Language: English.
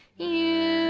you